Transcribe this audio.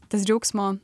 tas džiaugsmo